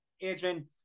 Adrian